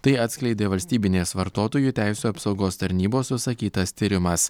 tai atskleidė valstybinės vartotojų teisių apsaugos tarnybos užsakytas tyrimas